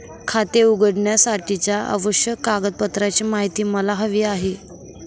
खाते उघडण्यासाठीच्या आवश्यक कागदपत्रांची माहिती मला हवी आहे